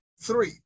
three